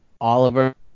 Oliver